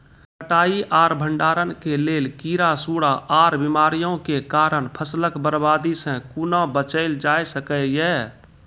कटाई आर भंडारण के लेल कीड़ा, सूड़ा आर बीमारियों के कारण फसलक बर्बादी सॅ कूना बचेल जाय सकै ये?